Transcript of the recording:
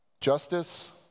justice